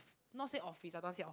not say office I don't want say off~